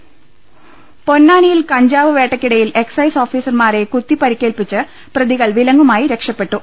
ലലലലലലലലലലലല പൊന്നാനിയിൽ കഞ്ചാവ് വേട്ടക്കിടയിൽ എക്സൈസ് ഓഫീസർമാരെ കുത്തി പരിക്കേൽപ്പിച്ച് പ്രതികൾ വിലങ്ങുമായി രക്ഷപ്പെട്ടു